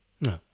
No